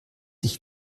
ich